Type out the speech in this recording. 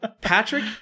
Patrick